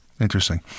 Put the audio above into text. interesting